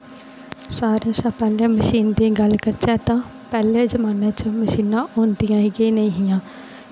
सारें कशा पैह्लें मशीनें दी गल्ल करचै तां पैह्लें जमानै मशीनां होंदियां गै नेहियां